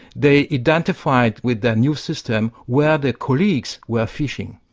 they identified with the new system where their colleagues were fishing